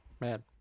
man